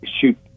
shoot